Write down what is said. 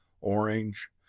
orange,